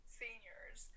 seniors